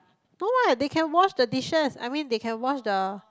no what they can wash the dishes I mean they can wash the